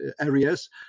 areas